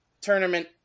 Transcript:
tournament